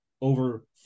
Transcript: over